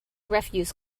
refuse